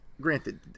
granted